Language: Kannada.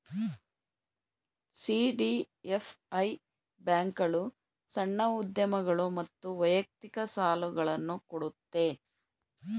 ಸಿ.ಡಿ.ಎಫ್.ಐ ಬ್ಯಾಂಕ್ಗಳು ಸಣ್ಣ ಉದ್ಯಮಗಳು ಮತ್ತು ವೈಯಕ್ತಿಕ ಸಾಲುಗಳನ್ನು ಕೊಡುತ್ತೆ